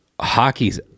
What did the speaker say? hockey's